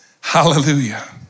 Hallelujah